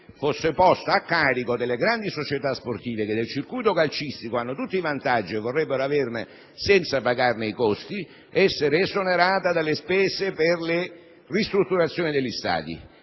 fosse posta a carico delle grandi società sportive, che del circuito calcistico hanno tutti i vantaggi e vorrebbero averne senza pagarne i costi, con l'esonero dalle spese per le ristrutturazioni degli stadi.